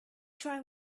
tried